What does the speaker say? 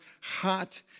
hot